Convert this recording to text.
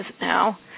now